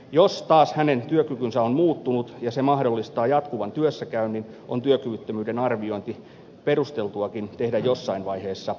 jos taas hänen työkykynsä on muuttunut ja se mahdollistaa jatkuvan työssäkäynnin on työkyvyttömyyden arviointi perusteltuakin tehdä jossain vaiheessa uudelleen